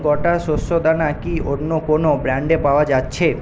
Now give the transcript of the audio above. গোটা শস্যদানা কি অন্য কোনও ব্র্যান্ডে পাওয়া যাচ্ছে